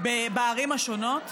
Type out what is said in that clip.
בערים השונות.